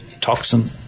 toxin